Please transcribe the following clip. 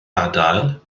adael